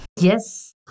yes